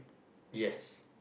yes